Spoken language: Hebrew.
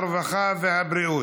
הרווחה והבריאות.